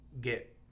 get